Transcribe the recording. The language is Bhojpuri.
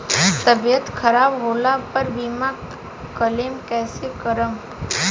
तबियत खराब होला पर बीमा क्लेम कैसे करम?